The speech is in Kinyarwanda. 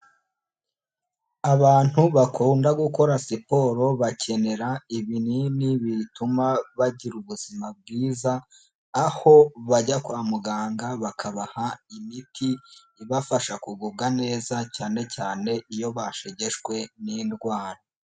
Abantu bakunda gukora siporo bakenera ibinini bituma bagira ubuzima bwiza, aho bajya kwa muganga bakabaha imiti, ibafasha kugubwa neza cyane cyane iyo bashegeshwe n'indwara.